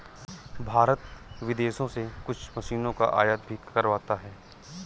भारत विदेशों से कुछ मशीनों का आयात भी करवाता हैं